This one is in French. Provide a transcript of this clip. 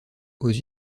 aux